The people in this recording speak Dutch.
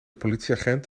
politieagent